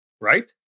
Right